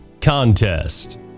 contest